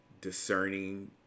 Discerning